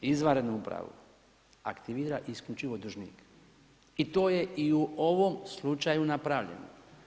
Izvanrednu upravu aktivira isključivo dužnik i to je i u ovom slučaju napravljeno.